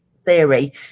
theory